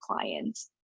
clients